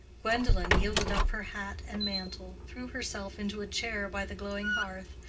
gwendolen, yielded up her hat and mantle, threw herself into a chair by the glowing hearth,